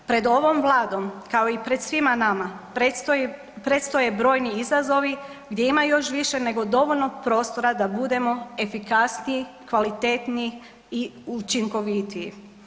Pred ovom Vladom kao i pred svima predstoje brojni izazovi gdje ima još više nego dovoljnog prostora da budemo efikasniji, kvalitetniji i učinkovitiji.